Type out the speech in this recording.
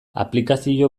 aplikazio